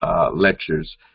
lectures